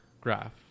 graph